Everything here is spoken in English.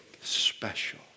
special